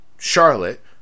Charlotte